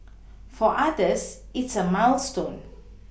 for others it's a milestone